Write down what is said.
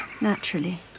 Naturally